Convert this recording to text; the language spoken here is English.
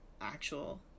actual